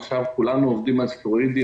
עכשיו כולנו עובדים על סטרואידים,